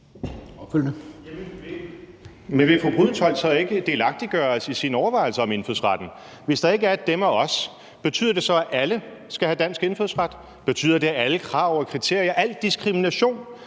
Liliendahl Brydensholt så ikke delagtiggøre os i sine overvejelser om indfødsretten? Hvis der ikke er et »dem« og »os«, betyder det så, at alle skal have dansk indfødsret? Betyder det, at alle krav og kriterier og al diskrimination